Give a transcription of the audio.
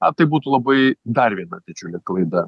ar tai būtų labai dar viena didžiulė klaida